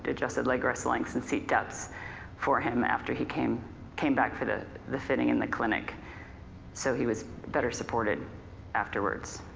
adjusted leg rest lengths and seat depths for him after he came came back for the the fitting in the clinic so he was better supported afterwards.